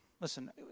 listen